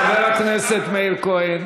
חבר הכנסת מאיר כהן.